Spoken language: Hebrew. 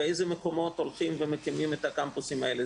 באיזה מקומות מקימים את הקמפוסים האלה.